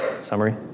Summary